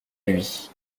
lui